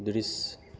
दृश्य